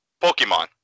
Pokemon